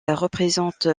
représente